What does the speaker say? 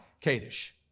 Kadesh